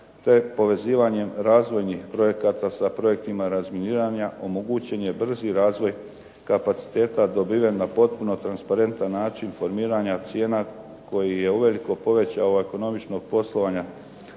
te povezivanjem razvojnih projekata sa projektima razminiranja omogućen je brzi razvoj kapaciteta dobiven na potpuno transparentan način formiranja cijena koji je uveliko povećao ekonomičnost poslovanja